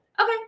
okay